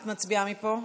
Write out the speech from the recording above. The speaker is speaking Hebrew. את מצביעה מפה?